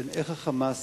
בידי ה"חמאס".